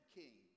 king